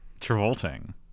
travolting